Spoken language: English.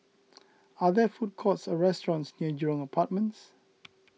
are there food courts or restaurants near Jurong Apartments